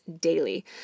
daily